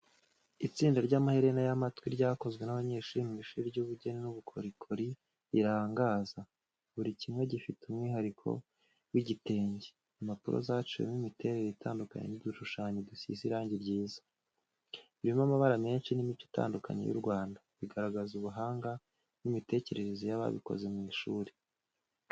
Itsinda ry’amaherena y’amatwi ryakozwe n’abanyeshuri mu ishuri ry’ubugeni n’ubukorikori rirangaza. Buri kimwe gifite umwihariko w'igitenge, impapuro zaciwemo imiterere itandukanye n’udushusho dusize irangi ryiza. Birimo amabara menshi n’imico itandukanye y'u Rwanda, bigaragaza ubuhanga n’imitekerereze y’ababikoze mu ishuri.